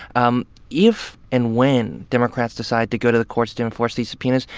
um if and when democrats decide to go to the courts to enforce these subpoenas,